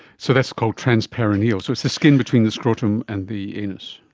so that's called transperineal, so it's the skin between the scrotum and the anus.